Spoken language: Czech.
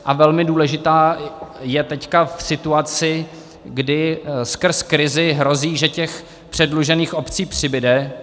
A velmi důležitá je teď v situaci, kdy skrz krizi hrozí, že těch předlužených obcí přibude.